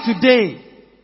today